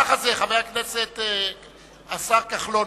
ככה זה, השר כחלון.